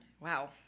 Wow